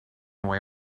away